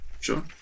Sure